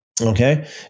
Okay